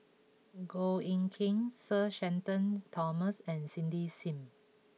Goh Eck Kheng Sir Shenton Thomas and Cindy Sim